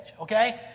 okay